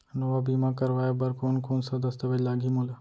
नवा बीमा करवाय बर कोन कोन स दस्तावेज लागही मोला?